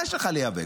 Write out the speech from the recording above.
מה יש לך להיאבק?